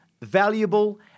valuable